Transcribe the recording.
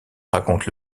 raconte